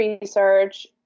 research